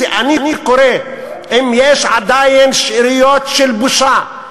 אני קורא: אם יש עדיין שאריות של בושה,